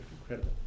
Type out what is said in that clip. incredible